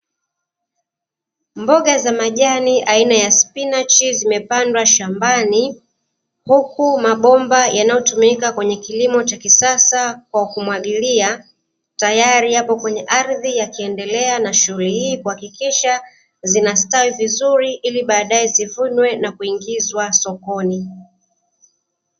Mboga za majani aina ya spinachi zimepandwa shambani, huku mabomba yanayotumika kwenye kilimo cha kisasa kwa kumwagilia, tayari yapo kwenye ardhi yakiendelea na shughuli hii kuhakikisha zinastawi vizuri, baadaye zivunwe na kuingizwa sokoni.